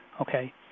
okay